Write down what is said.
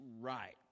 right